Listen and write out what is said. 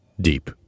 Deep